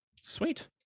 sweet